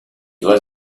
was